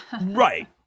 Right